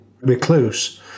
recluse